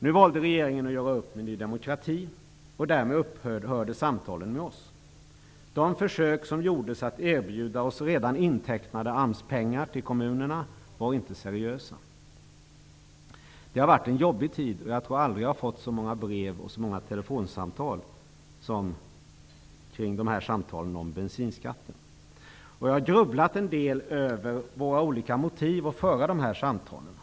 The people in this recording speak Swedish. Nu valde regeringen att göra upp med Ny demokrati, och därmed upphörde samtalen med oss. De försök som gjordes att erbjuda oss redan intecknade AMS-pengar till kommunerna var inte seriösa. Det har varit en jobbig tid, och jag tror att jag aldrig har fått så många brev och telefonsamtal som kring samtalen om bensinskatten. Jag har grubblat en del över våra olika motiv för att föra dessa samtal.